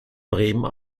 bremen